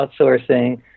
outsourcing